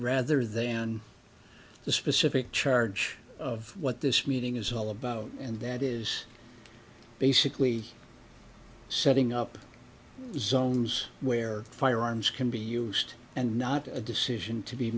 rather than the specific charge of what this meeting is all about and that is basically setting up zones where firearms can be used and not a decision to be